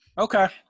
Okay